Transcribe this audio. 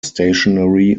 stationary